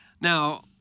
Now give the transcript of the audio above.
Now